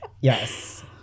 Yes